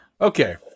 okay